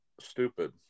stupid